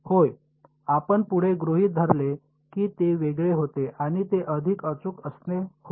होय आपण असे गृहीत धरले की ते वेगळे होते आणि ते अधिक अचूक असणे होय